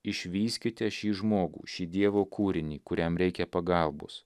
išvyskite šį žmogų šį dievo kūrinį kuriam reikia pagalbos